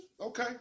Okay